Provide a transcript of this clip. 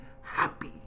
happy